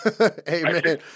amen